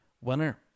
winner